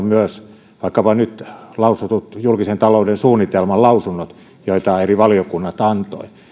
myös vaikkapa julkisen talouden suunnitelman lausunnot joita eri valiokunnat nyt antoivat